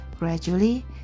Gradually